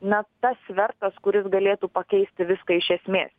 na tas svertas kuris galėtų pakeisti viską iš esmės